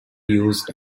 used